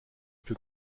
für